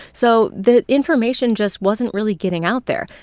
so the information just wasn't really getting out there,